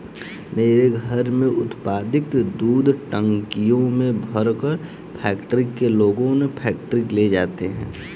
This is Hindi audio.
मेरे घर में उत्पादित दूध टंकियों में भरकर फैक्ट्री के लोग फैक्ट्री ले जाते हैं